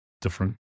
different